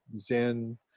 Zen